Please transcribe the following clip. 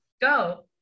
go